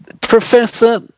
Professor